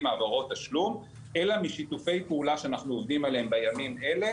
העברות תשלום אלא משיתופי פעולה שאנחנו עובדים עליהם בימים אלה